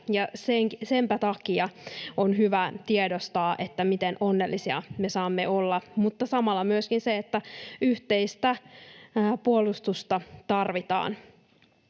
Senpä takia on hyvä tiedostaa, miten onnellisia me saamme olla, mutta samalla myöskin se, että yhteistä puolustusta tarvitaan.